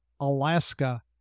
Alaska